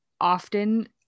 often